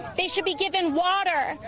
they should be given water,